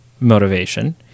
Motivation